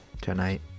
tonight